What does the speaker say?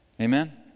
Amen